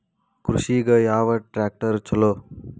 ಕೃಷಿಗ ಯಾವ ಟ್ರ್ಯಾಕ್ಟರ್ ಛಲೋ?